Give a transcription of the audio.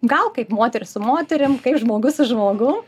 gal kaip moteris su moterim kaip žmogus su žmogum